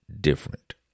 different